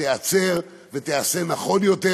תיעצר ותיעשה נכון יותר,